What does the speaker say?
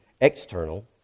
external